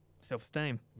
self-esteem